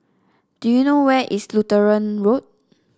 do you know where is Lutheran Road